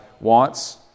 wants